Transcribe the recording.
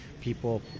people